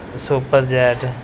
superchat